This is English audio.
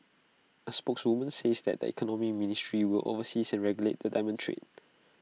A spokeswoman says that the economy ministry will oversees and regulate the diamond trade